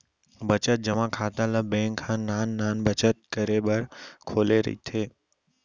बचत जमा खाता ल बेंक ह नान नान बचत करे बर खोले रहिथे